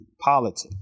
politics